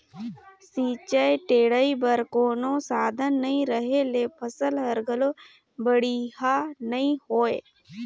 सिंचई टेड़ई बर कोनो साधन नई रहें ले फसल हर घलो बड़िहा नई होय